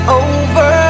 over